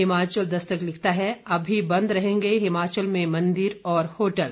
हिमाचल दस्तक लिखता है अभी बंद रहेंगे हिमाचल में मंदिर और होटल